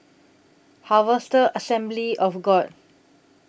Harvester Assembly of God